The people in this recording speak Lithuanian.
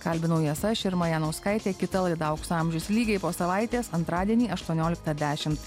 kalbinau jas aš irma janauskaitė kita laida aukso amžius lygiai po savaitės antradienį aštuonioliktą dešimt